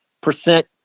percent